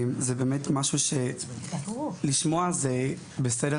זה באמת משהו שלשמוע זה בסדר,